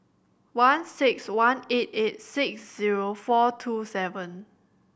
one six one eight eight six zero four two seven